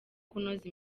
kunoza